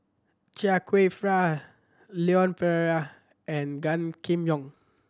Chia Kwek Fah Leon Perera and Gan Kim Yong